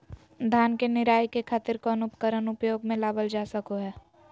धान के निराई के खातिर कौन उपकरण उपयोग मे लावल जा सको हय?